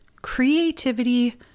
creativity